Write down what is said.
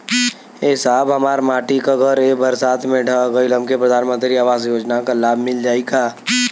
ए साहब हमार माटी क घर ए बरसात मे ढह गईल हमके प्रधानमंत्री आवास योजना क लाभ मिल जाई का?